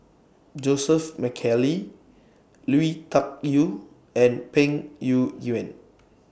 Joseph McKally Lui Tuck Yew and Peng Yuyun